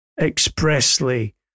expressly